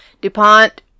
DuPont